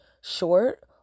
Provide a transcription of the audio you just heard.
short